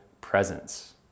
presence